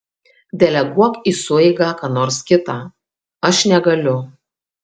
deleguok į sueigą ką nors kitą aš negaliu